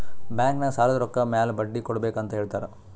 bank ನಾಗ್ ಸಾಲದ್ ರೊಕ್ಕ ಮ್ಯಾಲ ಬಡ್ಡಿ ಕೊಡ್ಬೇಕ್ ಅಂತ್ ಹೇಳ್ತಾರ್